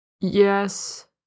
Yes